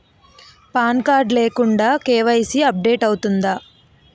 Pan card లేకుండా KYC update అవుతుందా?